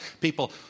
people